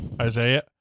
Isaiah